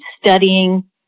studying